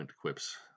quips